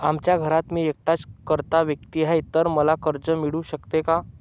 आमच्या घरात मी एकटाच कर्ता व्यक्ती आहे, तर मला कर्ज मिळू शकते का?